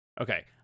Okay